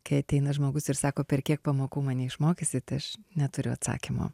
kai ateina žmogus ir sako per kiek pamokų mane išmokysit aš neturiu atsakymo